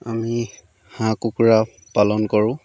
আমি হাঁহ কুকুৰা পালন কৰোঁ